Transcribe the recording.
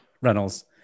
Reynolds